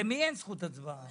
למי אין זכות הצבעה?